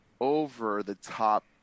over-the-top